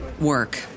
work